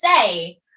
say